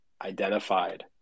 identified